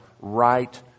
right